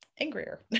angrier